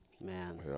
Man